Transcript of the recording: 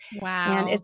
Wow